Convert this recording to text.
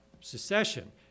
secession